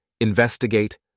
investigate